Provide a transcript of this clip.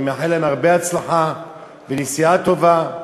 אני מאחל להם הרבה הצלחה ונסיעה טובה,